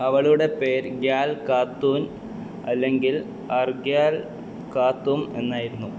അവളുടെ പേര് ഗ്യാൽ ഖാത്തൂൻ അല്ലെങ്കിൽ അർഗ്യാൽ ഖാത്തൂം എന്നായിരുന്നു